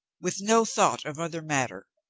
with no thought of other matter.